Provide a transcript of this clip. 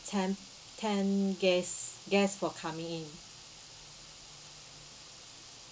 ten ten guests guests for coming in